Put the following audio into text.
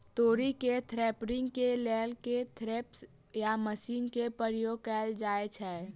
तोरी केँ थ्रेसरिंग केँ लेल केँ थ्रेसर या मशीन केँ प्रयोग कैल जाएँ छैय?